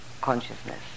consciousness